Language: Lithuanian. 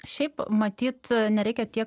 šiaip matyt nereikia tiek